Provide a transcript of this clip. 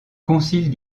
concile